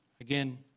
Again